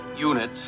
unit